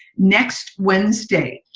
next wednesday,